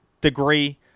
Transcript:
degree